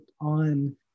on